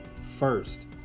first